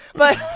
but.